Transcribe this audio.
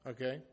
Okay